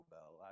Bell